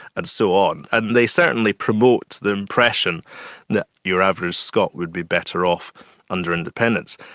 and so on. and they certainly promote the impression that your average scot would be better off under independence.